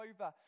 over